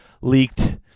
leaked